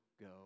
go